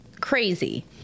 crazy